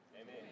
Amen